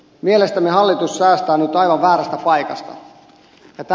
mielestämme hallitus säästää nyt aivan väärästä paikasta